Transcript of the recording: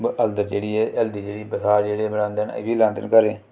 हरदल जेहड़ी ऐ हल्दी जेह्ड़ी बसार जेहड़े बनांदे न एह् बी लांदे न घरें